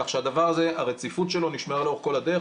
כך שהדבר הזה והרציפות שלו נשמרו לאורך כל הדרך.